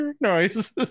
noise